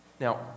Now